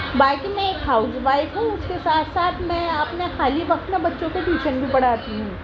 باقی میں housewife ہوں اس کے ساتھ ساتھ میں اپنے خالی وقت میں بچوں کے ٹیوشن بھی پڑھاتی ہوں